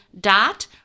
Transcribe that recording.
dot